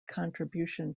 contribution